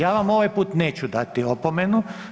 Ja vam ovaj put neću dati opomenu.